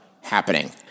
happening